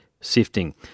Sifting